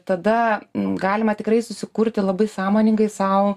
tada galima tikrai susikurti labai sąmoningai sau